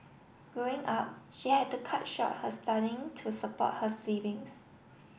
growing up she had to cut short her studying to support her siblings